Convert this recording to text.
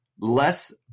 less